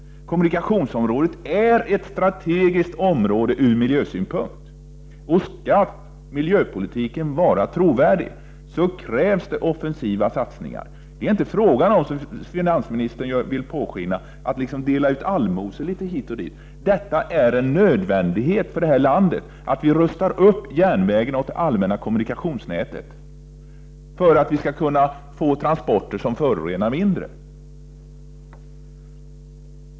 Kommunikationsområdet är ett strategiskt område ur miljösynpunkt, och för att miljöpolitiken skall vara trovärdig krävs det offensiva satsningar. Det är inte, som finansministern vill påskina, fråga om att dela ut allmosor hit och dit. Det är en nödvändighet att vi i vårt land rustar upp järnvägarna och det allmänna kommunikationsnätet för att få transporter som förorenar mindre.